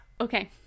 Okay